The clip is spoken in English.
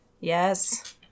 Yes